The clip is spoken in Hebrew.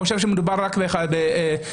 חושב שמדובר רק בערבים,